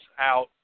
out